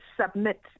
submit